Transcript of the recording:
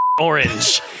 orange